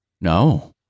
no